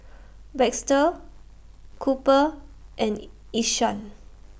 Baxter Cooper and Ishaan